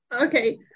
Okay